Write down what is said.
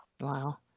Wow